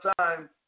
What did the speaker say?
time